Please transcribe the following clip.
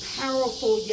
powerful